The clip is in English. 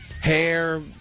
Hair